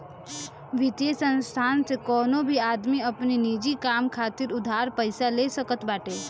वित्तीय संस्थान से कवनो भी आदमी अपनी निजी काम खातिर उधार पईसा ले सकत बाटे